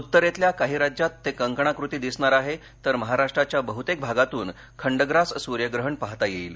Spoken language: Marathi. उत्तरेतल्या काही राज्यात ते कंकणाकृती दिसणार आहे तर महाराष्ट्राच्या बहुतेक भागातून खंडग्रास सूर्यग्रहण पाहता येईल